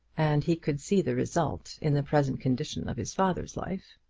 and he could see the result in the present condition of his father's life.